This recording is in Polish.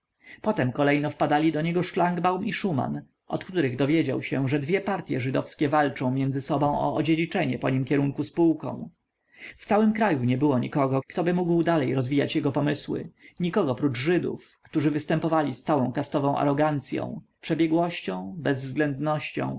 potem kolejno wpadali do niego szlangbaum i szuman od których dowiedział się że dwie partye żydowskie walczą między sobą o odziedziczenie po nim kierunku spółką w całym kraju nie było nikogo ktoby mógł dalej rozwijać jego pomysły nikogo prócz żydów którzy występowali z całą kastową arogancyą przebiegłością bezwzględnością